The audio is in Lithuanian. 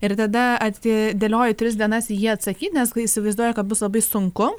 ir tada atidėlioju tris dienas į jį atsakyt nes įsivaizduoju kad bus labai sunku